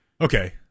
Okay